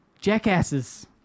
jackasses